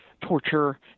torture